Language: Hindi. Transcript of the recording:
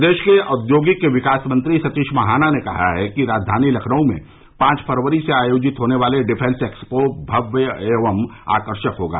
प्रदेश के औद्योगिक विकास मंत्री सतीश महाना ने कहा कि राजधानी लखनऊ में पांच फरवरी से आयोजित होने वाला डिफॅस एक्सपो भव्य एवं आकर्षक होगा